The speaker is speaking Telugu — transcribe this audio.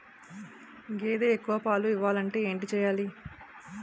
గేదె ఎక్కువ పాలు ఇవ్వాలంటే ఏంటి చెయాలి?